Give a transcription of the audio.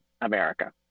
America